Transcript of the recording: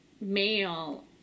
male